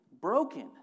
broken